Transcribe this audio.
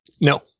No